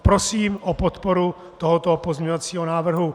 Prosím o podporu tohoto pozměňovacího návrhu.